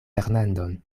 fernandon